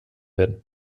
werden